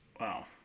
Wow